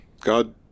God